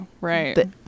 right